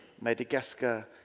Madagascar